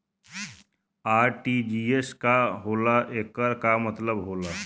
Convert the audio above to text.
RTGS का होला एकर का मतलब होला?